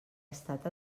estat